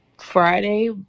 Friday